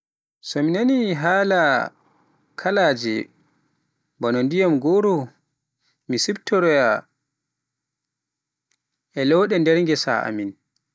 So mi nani haala kaalaje bana ndiyam goro, e siftoroyaa e loowde nder ghessa amin.